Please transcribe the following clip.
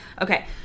Okay